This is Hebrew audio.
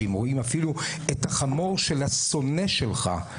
שאם רואים אפילו את החמור של השונא שלך,